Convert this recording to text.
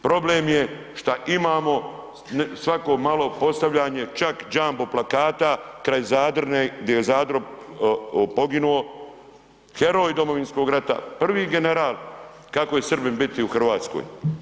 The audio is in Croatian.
Problem je šta imamo svako malo postavljanje čak jumbo plakata gdje je Zadro poginuo, heroj Domovinskog rata prvi general kako je Srbin biti u Hrvatskoj.